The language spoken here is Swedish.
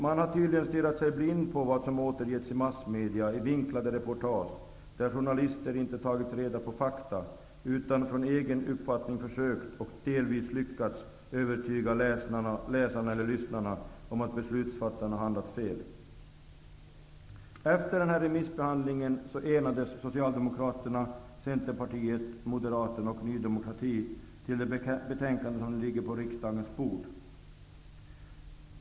Man har tydligen stirrat sig blind på vad som återgetts i massmedia i vinklade reportage där journalister inte tagit reda på fakta, utan enligt egen uppfattning försökt och delvis lyckats övertyga läsarna eller lyssnarna om att beslutsfattarna handlat fel. Socialdemokraterna, Centerpartiet, Moderaterna och Ny demokrati om det betänkande som ligger på riksdagens bord.